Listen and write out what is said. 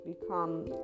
become